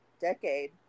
decade